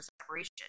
separation